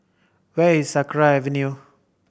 where is Sakra Avenue